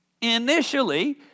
initially